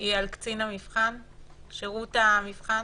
היא על שירות המבחן?